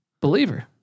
believer